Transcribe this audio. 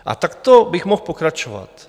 A takto bych mohl pokračovat.